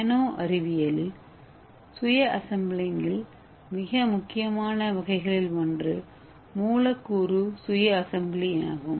நானோஅறிவியலில் சுயஅசெம்பிளிங்கின் மிக முக்கியமான வகைகளில் ஒன்று மூலக்கூறு சுய அசெம்பிளி ஆகும்